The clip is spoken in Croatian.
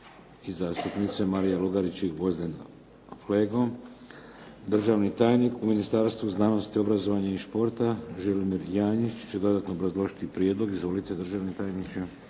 i zastupnice Marija Lugarić i Gvozedn Flego. Državni tajnik u Ministarstvu znanosti, obrazovanja i športa Želimir Janjić će dodatno obrazložiti prijedlog. Izvolite državni tajniče.